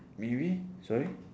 sorry